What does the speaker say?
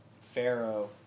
Pharaoh